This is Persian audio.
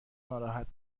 ناراحت